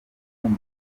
guha